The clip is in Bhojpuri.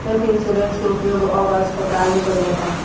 हेल्थ इंश्योरेंस के उपयोग सब अस्पताल में कईल जाता